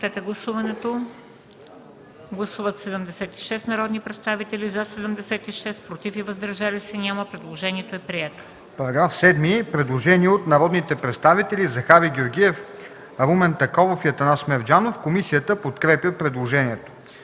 По § 7 – предложение от народните представители Захари Георгиев, Румен Такоров и Атанас Мерджанов. Комисията подкрепя предложението.